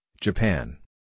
Japan